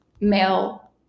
male